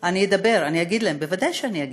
אני אדבר, אני אגיד להם, ודאי שאני אגיד.